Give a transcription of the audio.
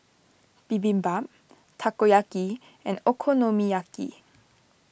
Bibimbap Takoyaki and Okonomiyaki